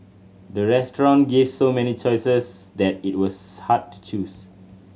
the restaurant gave so many choices that it was hard to choose